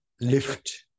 lift